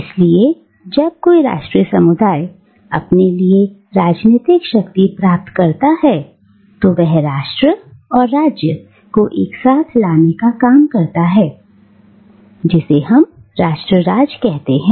इसलिए जब कोई राष्ट्रीय समुदाय अपने लिए राजनीतिक शक्ति प्राप्त करता है तो वह राष्ट्र और राज्य को एक साथ लाने का काम करता है जिसे हम राष्ट्र राज्य कहते हैं